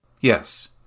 yes